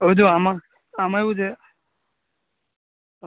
હવે જો આમાં આમાં એવું છે